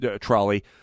trolley